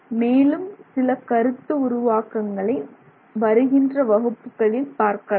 மேலும் சில கருத்து உருவாக்கங்களை வருகின்ற வகுப்புகளில் பார்க்கலாம்